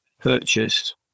purchased